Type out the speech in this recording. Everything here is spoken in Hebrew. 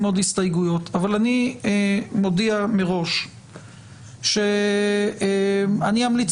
לשים עוד הסתייגויות אבל אני מודיע מראש שאני אמליץ